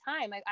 time